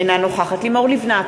אינה נוכחת לימור לבנת,